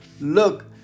look